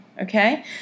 okay